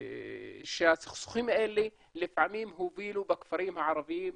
שהסכסוכים האלה לפעמים הובילו בכפרים הערביים